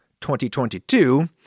2022